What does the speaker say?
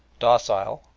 docile,